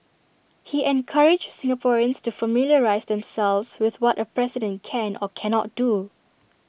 he encouraged Singaporeans to familiarise themselves with what A president can or cannot do